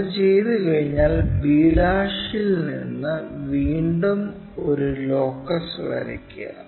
അത് ചെയ്തു കഴിഞ്ഞാൽ b' ഇൽ നിന്ന് വീണ്ടും ഒരു ലോക്കസ് വരയ്ക്കുക